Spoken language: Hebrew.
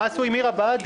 מה עשו עם עיר הבה"דים?